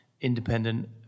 Independent